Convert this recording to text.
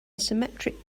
symmetric